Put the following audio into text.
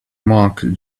mark